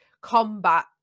combat